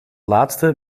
laatste